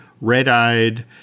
red-eyed